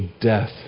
death